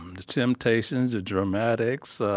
um the temptations the dramatics.